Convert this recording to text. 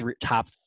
top